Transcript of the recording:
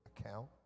account